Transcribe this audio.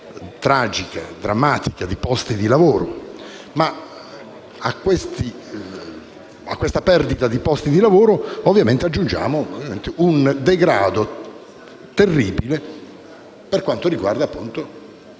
tragica, drammatica, di posti di lavoro. A questa perdita di posti di lavoro, ovviamente, va aggiunto un degrado terribile per quanto riguarda la